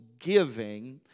giving